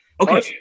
okay